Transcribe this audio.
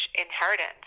inheritance